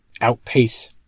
outpace